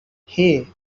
hey